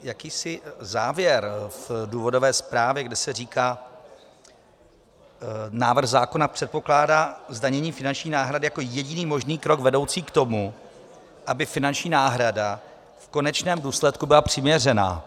Jakýsi závěr v důvodové zprávě, kde se říká: návrh zákona předpokládá zdanění finanční náhrady jako jediný možný krok vedoucí k tomu, aby finanční náhrada byla v konečném důsledku přiměřená.